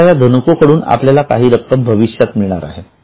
आता या धनको कडून आपल्याला काही रक्कम भविष्यात मिळणार आहे